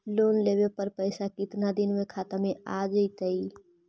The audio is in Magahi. लोन लेब पर पैसा कितना दिन में खाता में चल आ जैताई?